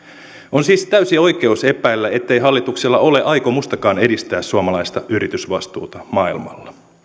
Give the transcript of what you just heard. on siis täysi oikeus epäillä ettei hallituksella ole aikomustakaan edistää suomalaista yritysvastuuta maailmalla